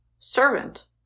Servant